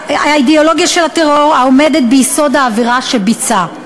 והאידיאולוגיה של הטרור העומדת ביסוד העבירה שביצע.